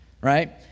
right